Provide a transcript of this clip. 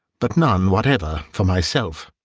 but none whatever for myself.